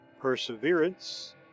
perseverance